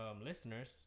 listeners